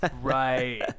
Right